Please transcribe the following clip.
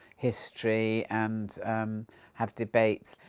history and have debates,